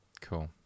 Cool